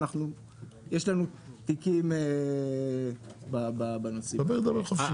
ויש לנו תיקים ב --- דבר חופשי.